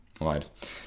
right